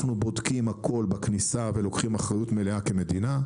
בודקים הכול בכניסה ולוקחים אחריות מלאה כמדינה,